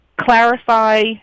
clarify